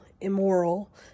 immoral